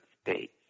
States